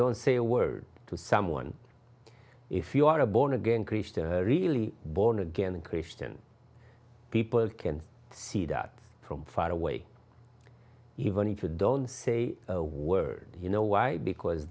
don't say a word to someone if you are a born again christian really born again christian people can see that from far away even if you don't say a word you know why because